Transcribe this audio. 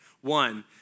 One